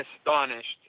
astonished